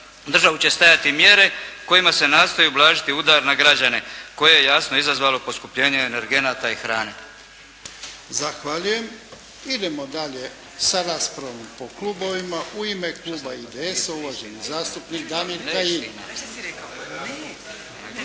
državu će stajati mjere kojima se nastoji ublažiti udar na građane koje je jasno izazvalo poskupljenje energenata i hrane. **Jarnjak, Ivan (HDZ)** Zahvaljujem. Idemo dalje sa raspravom po klubovima. U ime kluba IDS-a uvaženi zastupnik Damir Kajin.